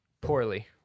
Poorly